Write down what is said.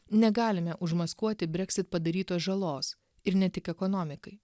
negalime užmaskuoti brexit padarytos žalos ir ne tik ekonomikai